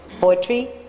poetry